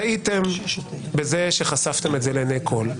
טעיתם בזה שחשפתם את זה לעיני כול,